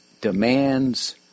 demands